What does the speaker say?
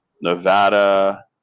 Nevada